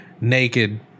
naked